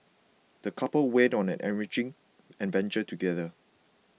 the couple went on an enriching adventure together